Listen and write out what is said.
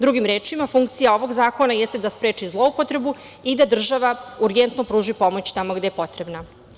Drugim rečima, funkcija ovog zakona jeste da spreči zloupotrebu i da država urgentno pruži pomoć tamo gde je potrebna.